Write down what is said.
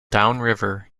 downriver